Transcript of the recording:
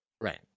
Right